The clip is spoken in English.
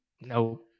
No